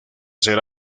ser